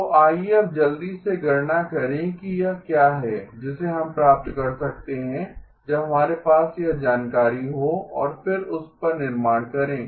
तो आइए अब जल्दी से गणना करें कि यह क्या है जिसे हम प्राप्त कर सकते हैं जब हमारे पास यह जानकारी हो और फिर उस पर निर्माण करें